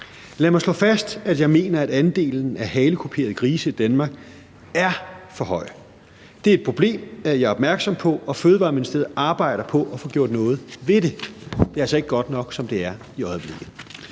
Lad mig slå fast, at jeg mener, at andelen af halekuperede grise i Danmark er for høj. Det er et problem, jeg er opmærksom på, og Fødevareministeriet arbejder på at få gjort noget ved det. Det er altså ikke godt nok, som det er i øjeblikket.